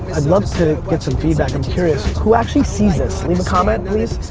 i'd love to get some feedback. i'm curious, who actually sees this? leave a comment please,